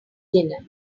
dinner